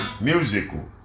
Musical